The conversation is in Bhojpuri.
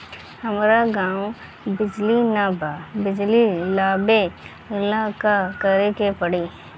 हमरा गॉव बिजली न बा बिजली लाबे ला का करे के पड़ी?